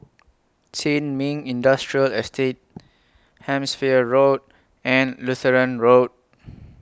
Sin Ming Industrial Estate Hampshire Road and Lutheran Road